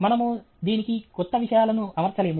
మనము దీనికి క్రొత్త విషయాలను అమర్చలేము